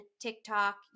TikTok